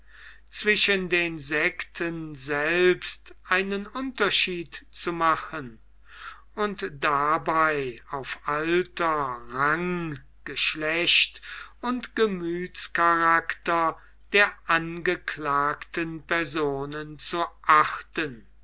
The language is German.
zwischen den sekten selbst einen unterschied zu machen und dabei auf alter rang geschlecht und gemüthscharakter der angeklagten personen zu achten